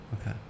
Okay